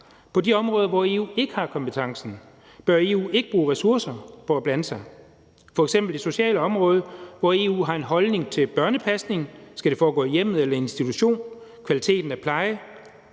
På de områder, hvor EU ikke har kompetencen, bør EU ikke bruge ressourcer på at blande sig, f.eks. på det sociale område, hvor EU har en holdning til børnepasning – skal det foregå i hjemmet eller institution? – og kvaliteten af pleje.